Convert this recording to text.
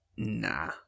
Nah